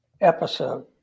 episode